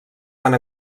van